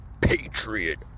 Patriot